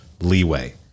leeway